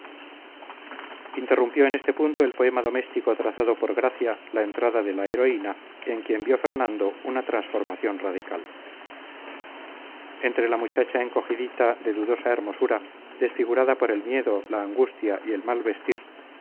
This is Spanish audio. interrumpió en este punto el poema doméstico trazado por gracia la entrada de la heroína en quien vio fernando una transformación radical entre la muchacha encogidita de dudosa hermosura desfigurada por el miedo la angustia y el mal vestir